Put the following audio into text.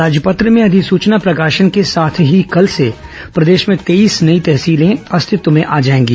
राजपत्र में अधिसूचना प्रकाशन के साथ ही कल से प्रदेश में तेईस नई तहसीलें अस्तित्व में आ जाएंगी